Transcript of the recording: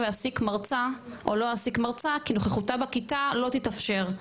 אעסיק מרצה או לא אעסיק מרצה כי נוכחותה בכיתה לא תתאפשר,